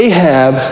Ahab